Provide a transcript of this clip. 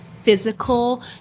physical